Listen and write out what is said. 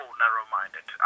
narrow-minded